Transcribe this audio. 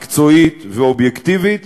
מקצועית ואובייקטיבית,